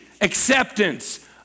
acceptance